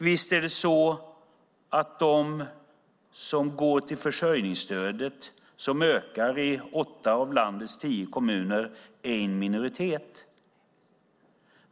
Visst är det så att de som går till försörjningsstödet, som ökar i åtta av tio kommuner i landet, är en minoritet.